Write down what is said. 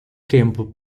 tempo